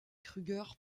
krüger